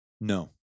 No